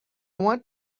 want